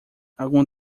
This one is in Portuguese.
algumas